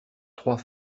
trois